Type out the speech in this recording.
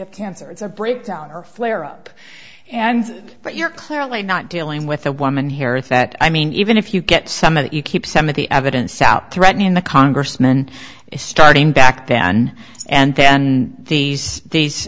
when cancer is a breakdown or flare up and but you're clearly not dealing with a woman here that i mean even if you get some of it you keep some of the evidence out threatening the congressman is starting back then and then and these days